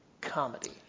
comedy